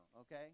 okay